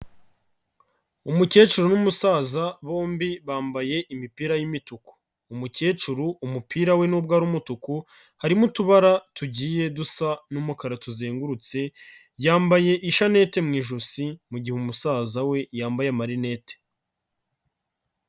Umukecuru n'umusaza bombi bambaye imipira y'imituku, umukecuru umupira we nubwo ari umutuku harimo utubara tugiye dusa n'umukara tuzengurutse, yambaye ishanete mu ijosi mu gihe musaza we yambaye amarinete.